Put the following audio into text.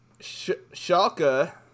Schalke